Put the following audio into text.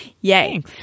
yay